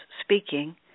speaking